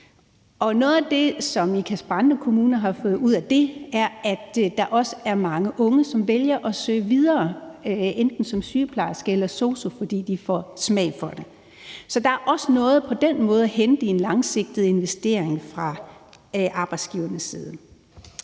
Noget er det, som Ikast-Brande Kommune har fået ud af det, er, at der også er mange unge, som vælger at søge videre som enten sygeplejerske eller sosu, fordi de får smag for det. Så på den måde er der også noget at hente i en langsigtet investering fra arbejdsgivernes side.